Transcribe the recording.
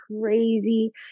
crazy